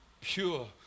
pure